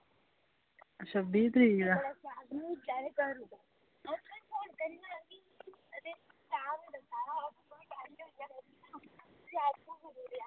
छब्बी तरीक